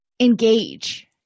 engage